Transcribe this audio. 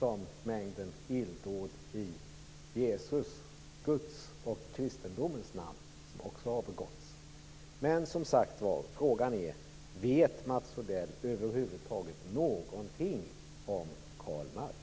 med den mängd illdåd som också har begåtts i Jesu, Guds och kristendomens namn. Men, som sagt var, frågan är: Vet Mats Odell över huvud taget någonting om Karl Marx?